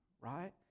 right